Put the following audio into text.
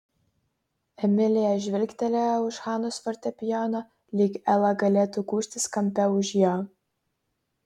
emilija žvilgtelėjo už hanos fortepijono lyg ela galėtų gūžtis kampe už jo